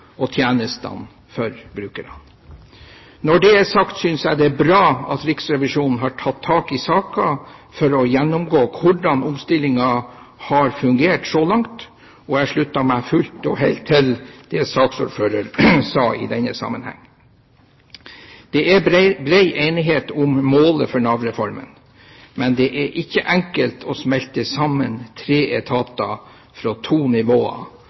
og tjenestene for brukerne. Når det er sagt, synes jeg det er bra at Riksrevisjonen har tatt tak i saken for å gjennomgå hvordan omstillingen har fungert så langt, og jeg slutter meg fullt og helt til det saksordføreren sa i denne sammenhengen. Det er bred enighet om målet for Nav-reformen, men det er ikke enkelt å smelte sammen tre etater fra to nivåer